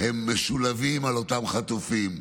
משולבים באותם חטופים,